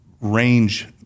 range